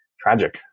tragic